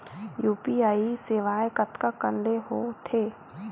UPI सेवाएं कतका कान ले हो थे?